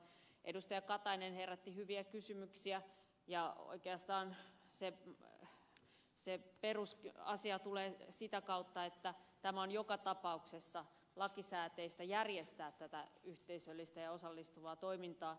elsi katainen herätti hyviä kysymyksiä ja oikeastaan se perusasia tulee sitä kautta että tämä on joka tapauksessa lakisääteistä järjestää tätä yhteisöllistä ja osallistuvaa toimintaa